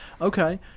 Okay